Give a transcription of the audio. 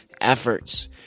efforts